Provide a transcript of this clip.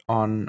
on